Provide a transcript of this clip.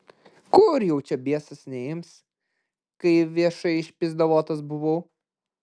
kur jau čia biesas neims kai viešai išpyzdavotas buvau